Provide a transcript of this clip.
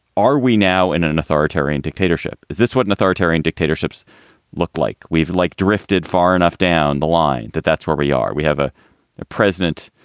are we now in an an authoritarian dictatorship? is this what an authoritarian dictatorships look like? we've like drifted far enough down the line that that's where we are. we have a ah president,